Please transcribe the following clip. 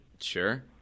Sure